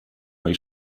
mej